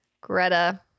Greta